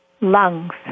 Lungs